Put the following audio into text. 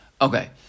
Okay